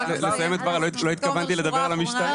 אשמח לסיים את דבריי, לא התכוונתי לדבר על המשטרה.